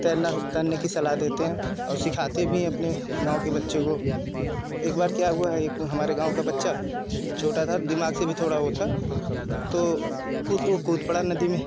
तैरना तैरने की सलाह देते हैं और सिखाते भी हैं अपने गाँव के बच्चे को एक बार क्या हुआ एक दिन हमारे गाँव का बच्चा छोटा था दिमाग से भी थोड़ा वो था तो खुद वो कूद पड़ा नदी में